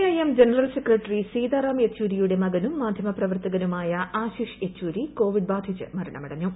I M general secretary Sitaram യെച്ചൂരിയുടെ മകനും മാധ്യമപ്രവർത്തകനുമായ ആശിഷ് യെച്ചൂരി കോവിഡ് ബാധിച്ച് മരണമടഞ്ഞു